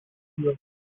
york